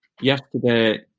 Yesterday